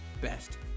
best